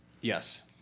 Yes